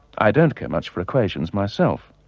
i don't care much for equations myself.